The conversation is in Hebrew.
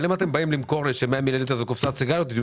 אבל אם אתם באים למכור לי ש-100 מיליליטר זאת קופסת סיגריות,